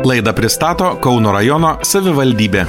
laidą pristato kauno rajono savivaldybė